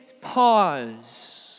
pause